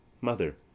Mother